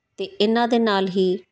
ਅਤੇ ਇਹਨਾਂ ਦੇ ਨਾਲ ਹੀ